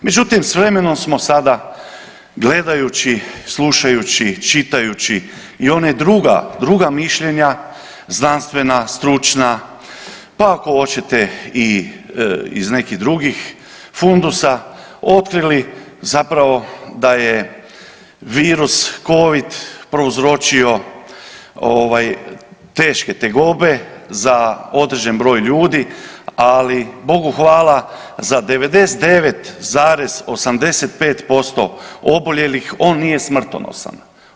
Međutim, s vremenom smo sada gledajući, slušajući, čitajući i one druga mišljenja znanstvena, stručna, pa ako oćete i iz nekih drugih fundusa otkrili zapravo da je virus Covid prouzročio teške tegobe za određen broj ljudi, ali Bogu hvala, za 99,85% oboljelih on nije smrtonosan.